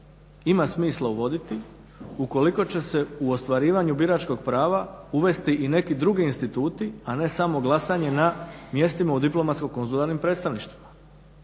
ima smisla uvoditi ukoliko će se u ostvarivanju biračkog prava uvesti i neki drugi institut a ne samo glasanje na mjestima u diplomatsko konzularnim predstavništvima.